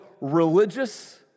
religious